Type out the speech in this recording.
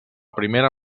primera